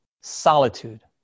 solitude